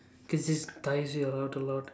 cause this tires you a lot a lot